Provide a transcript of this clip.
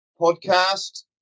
podcast